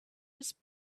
his